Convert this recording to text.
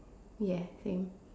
ya same